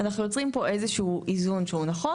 אז אנחנו יוצרים פה איזה שהוא איזון שהוא נכון.